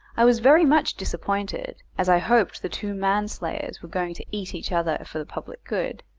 i was very much disappointed, as i hoped the two man-slayers were going to eat each other for the public good,